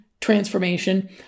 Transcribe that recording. transformation